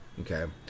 Okay